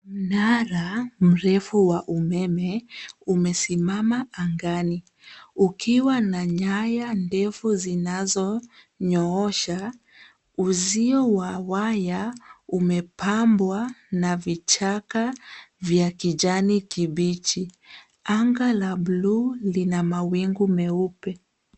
Mnara mrefu wa umeme umesimama angani, ukiwa na nyaya ndefu zinazonyoosha. Uzio wa waya umepambwa na vichaka vya kijani kibichi. Anga la blue lina mawingu meupe.